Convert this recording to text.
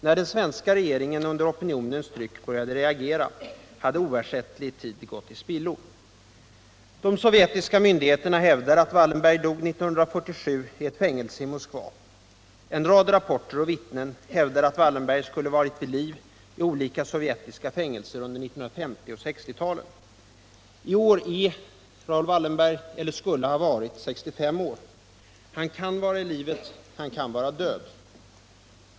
När den svenska regeringen, under opinionens tryck, började reagera hade oersättlig tid gått ull spillo. De sovjetiska myndigheterna hävdar att Wallenberg dog 19471 Ljubljankafäingelset i Moskva. En rad rapporter och vittnen hävdar att Wallenberg skulle ha varit vid liv i olika sovjetiska fängelser under 1950 och 1960-talen. I år är Raoul Wallenberg — eller skulle ha varit — 65 år. Han kan vara i livet, han kan vara död.